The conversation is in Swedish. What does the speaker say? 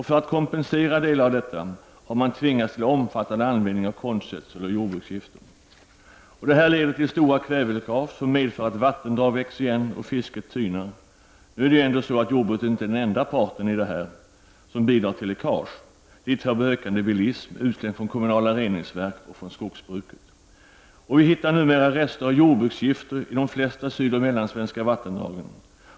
För att kompensera för produktivitetsförlusterna har man tvingats till omfattande användning av konstgödsel och jordbruksgifter. Detta leder till stora kväveläckage, som medför att vattendrag växer igen och fisket tynar. Nu är jordbruket inte den enda part som bidrar till dessa läckage. Dit hör den ökande bilismen, utsläpp från de kommunala reningsverken och från skogsbruket. Vi finner numera rester av jordbruksgifter i de flesta sydoch mellansvenska vattendragen.